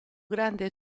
grande